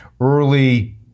early